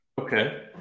Okay